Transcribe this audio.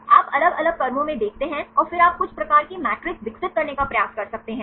आप अलग अलग क्रमों में देखते हैं और फिर आप कुछ प्रकार के मेट्रिसेस विकसित करने का प्रयास कर सकते हैं